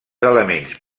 elements